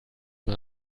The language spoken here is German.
mal